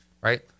right